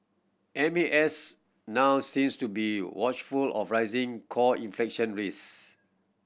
M A S now seems to be watchful of rising core inflation risk